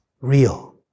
real